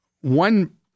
one